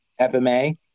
FMA